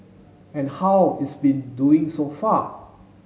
and how is been doing so far